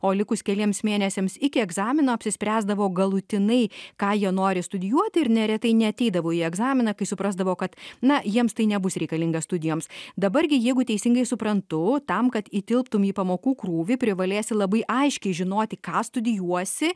o likus keliems mėnesiams iki egzamino apsispręsdavo galutinai ką jie nori studijuoti ir neretai neateidavo į egzaminą kai suprasdavo kad na jiems tai nebus reikalinga studijoms dabar gi jeigu teisingai suprantu tam kad įtilptum į pamokų krūvį privalėsi labai aiškiai žinoti ką studijuosi